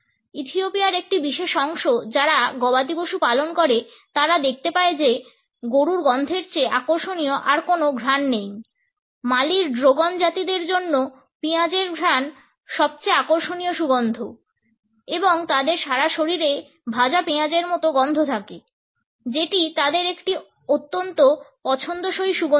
ইথিওপিয়ার একটি বিশেষ অংশ যারা গবাদি পশু পালন করে তারা দেখতে পায় যে গরুর গন্ধের চেয়ে আকর্ষণীয় আর কোন ঘ্রাণ নেই মালির ডোগন জাতিদের জন্য পেঁয়াজের ঘ্রাণ সবচেয়ে আকর্ষণীয় সুগন্ধ এবং তাদের সারা শরীরে ভাজা পেঁয়াজের মতো গন্ধ থাকে যেটি তাদের একটি অত্যন্ত পছন্দসই সুগন্ধি